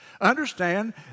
Understand